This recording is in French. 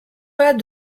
pas